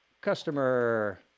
customer